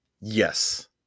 Yes